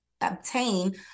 obtain